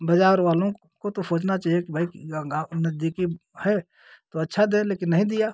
बाज़ार वालों को तो सोचना चाहिए कि भाई गाँव नजदीकी है तो अच्छा दें लेकिन नहीं दिया